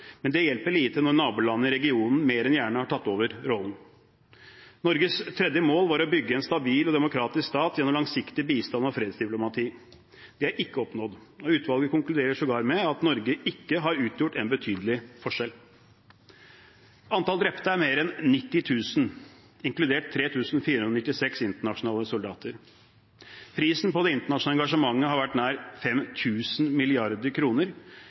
men det hjelper lite når nabolandene i regionen mer enn gjerne har tatt over rollen. Norges tredje mål var å bygge en stabil og demokratisk stat gjennom langsiktig bistand og fredsdiplomati. Det er ikke oppnådd. Utvalget konkluderer sågar med at Norge ikke har utgjort en betydelig forskjell. Antall drepte er mer enn 90 000, inkludert 3 496 internasjonale soldater. Prisen på det internasjonale engasjementet har vært nær